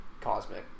Cosmic